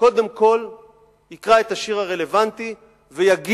קודם כול יקרא את השיר הרלוונטי ויגיד